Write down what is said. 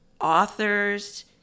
authors